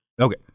Okay